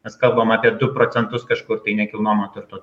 mes kalbam apie du procentus kažkur tai nekilnojamo turto